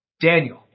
Daniel